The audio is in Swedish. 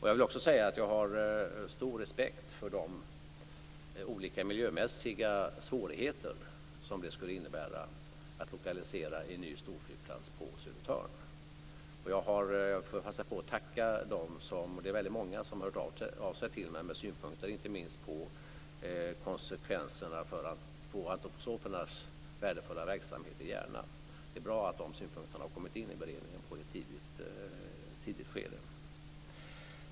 Jag vill också säga att jag har stor respekt för de olika miljömässiga svårigheter som det skulle innebära att lokalisera en ny storflygplats på Södertörn. Jag får passa på att tacka de många som har hört av sig till mig med synpunkter, inte minst på konsekvenserna för antroposofernas värdefulla verksamhet i Järna. Det är bra att de synpunkterna har kommit in i beredningen i ett tidigt skede.